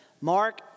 Mark